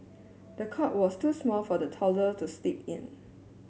the cot was too small for the toddler to sleep in